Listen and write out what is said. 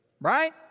right